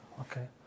Okay